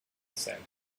sand